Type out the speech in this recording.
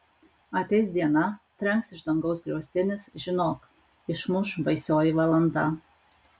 ateis diena trenks iš dangaus griaustinis žinok išmuš baisioji valanda